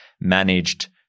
managed